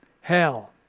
hell